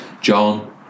John